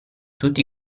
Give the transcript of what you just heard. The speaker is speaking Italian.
tutti